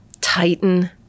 Titan